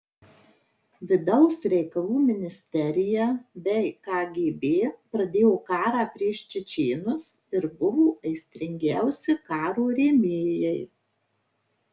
vidaus reikalų ministerija bei kgb pradėjo karą prieš čečėnus ir buvo aistringiausi karo rėmėjai